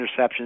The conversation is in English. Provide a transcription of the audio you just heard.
interceptions